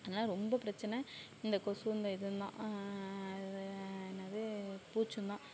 அதனால ரொம்ப பிரச்சின இந்த கொசுவும் இந்த இதுவும் தான் இது என்னது பூச்சிம் தான்